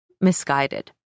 misguided